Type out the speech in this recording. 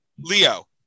Leo